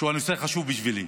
שהוא הנושא החשוב בשבילי,